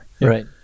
Right